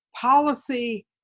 policy